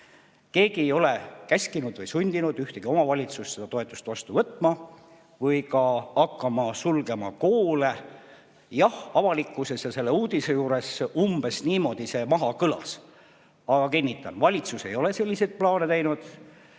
Keegi ei ole käskinud või sundinud ühtegi omavalitsust seda toetust vastu võtma või ka hakkama koole sulgema. Jah, avalikkuses ja selle uudise juures see umbes niimoodi kõlas. Aga kinnitan, et valitsus ei ole selliseid plaane teinud.